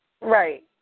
Right